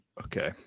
okay